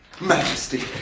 Majesty